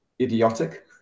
idiotic